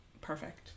perfect